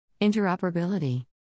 Interoperability